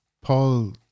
Paul